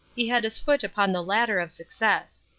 he had his foot upon the ladder of success.